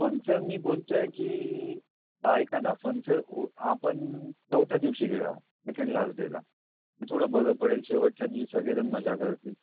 FunFair मी बोलतो आहे की ऐका ना फनफेयर ऊ आपण चौथ्या दिवशी घेऊया सेकेंड लास्ट डेला ते थोडं बरं पडेल शेवटच्या द्वि सगळेजण मजा करतील